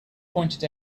pointed